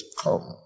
come